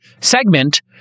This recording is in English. segment